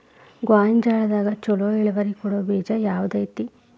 ಗೊಂಜಾಳದಾಗ ಛಲೋ ಇಳುವರಿ ಕೊಡೊ ಬೇಜ ಯಾವ್ದ್ ಐತಿ?